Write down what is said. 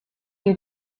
you